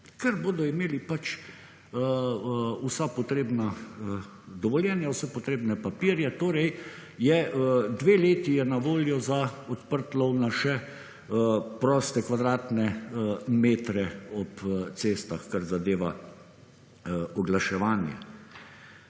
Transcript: ker bodo imeli pač vsa potrebna dovoljenja, vse potrebne papirje. Torej, dve leti je na voljo za odprt lov na še proste kvadratne metre ob cestah, kar zadeva oglaševanje.